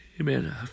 Amen